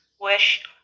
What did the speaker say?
wish